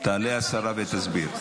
תעלה השרה ותסביר.